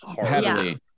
heavily